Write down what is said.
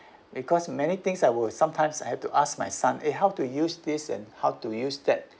because many things I would sometimes I have to ask my son eh how to use this and how to use that